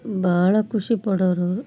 ಭಾಳ ಖುಷಿ ಪಡೊರವರು